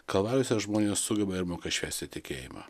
kalvarijose žmonės sugeba ir moka švęsti tikėjimą